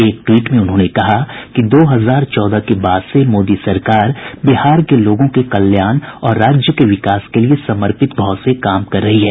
एक ट्वीट में श्री शाह ने कहा कि दो हजार चौदह के बाद से मोदी सरकार बिहार के लोगों के कल्याण और राज्य के विकास के लिए समर्पित भाव से काम कर रही है